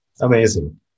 Amazing